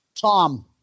Tom